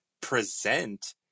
present